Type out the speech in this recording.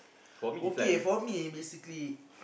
okay for me basically